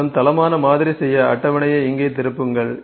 சுழலும் தளமான மாதிரி செய்ய அட்டவணையை இங்கே திருப்புங்கள்